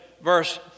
verse